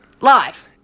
Live